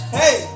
hey